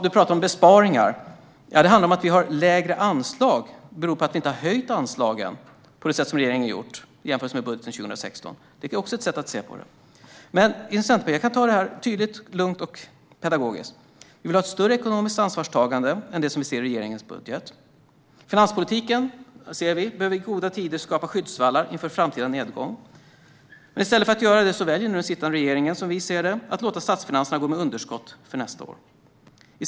Du talade om besparingar, men det handlar om att vi har lägre anslag. Det beror på att vi inte har höjt anslagen på det sätt som regeringen har gjort i jämförelse med budgeten för 2016. Det är också ett sätt att se på det. Jag ska ta detta tydligt, lugnt och pedagogiskt. Vi i Centerpartiet vill ha ett större ekonomiskt ansvarstagande än det som vi ser i regeringens budget. Finanspolitiken anser vi behöver skapa skyddsvallar i goda tider inför framtida nedgångar. Men i stället för att göra detta väljer nu den sittande regeringen, som vi ser det, att låta statsfinanserna gå med underskott nästa år.